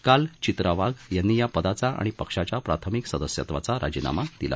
काल चित्रा वाघ यांनी या पदाचा आणि पक्षाच्या प्राथमिक सदस्यत्वाचा राजीनामा दिला